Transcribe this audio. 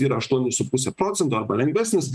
yra aštuoni su puse procento arba lengvesnis